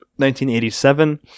1987